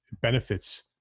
benefits